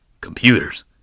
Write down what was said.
Computers